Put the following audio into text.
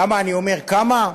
למה אני אומר "כמה"?